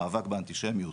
מאבק באנטישמיות,